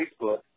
Facebook